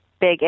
big